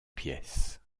pièce